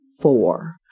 four